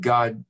God